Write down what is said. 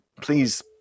please